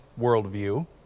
worldview